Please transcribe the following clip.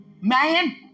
man